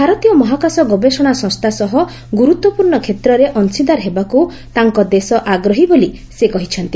ଭାରତୀୟ ମହାକାଶ ଗବେଷଣା ସଂସ୍ଥା ସହ ଗୁରୁତ୍ୱପୂର୍ଷ୍ଣ କ୍ଷେତ୍ରରେ ଅଂଶୀଦାର ହେବାକୁ ତାଙ୍କ ଦେଶ ଆଗ୍ରହୀ ବୋଲି ସେ କହିଛନ୍ତି